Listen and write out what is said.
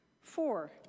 Four